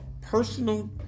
personal